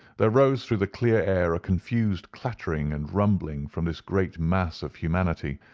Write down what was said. there rose through the clear air a confused clattering and rumbling from this great mass of humanity,